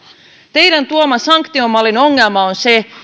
teidän tuomanne sanktiomallin ongelma on se